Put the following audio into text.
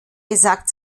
gesagt